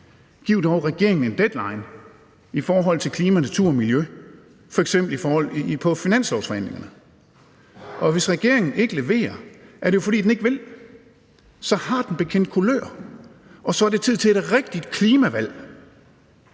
Giv dog regeringen en deadline i forhold til klima, natur og miljø, f.eks. i forhold til finanslovsforhandlingerne, og hvis regeringen ikke leverer, er det jo, fordi den ikke vil. Så har den bekendt kulør, og så er det tid til et rigtigt klimavalg.